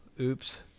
Oops